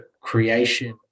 creation